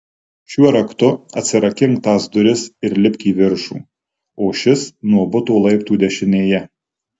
šiuo raktu atsirakink tas duris ir lipk į viršų o šis nuo buto laiptų dešinėje